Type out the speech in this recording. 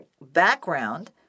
background